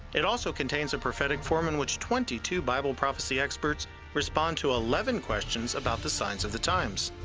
it also contains a prophetic forum in which twenty two bible prophecy experts respond to eleven questions about the signs of the times.